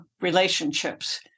Relationships